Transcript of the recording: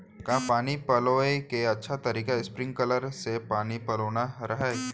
का पानी पलोय के अच्छा तरीका स्प्रिंगकलर से पानी पलोना हरय?